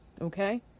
Okay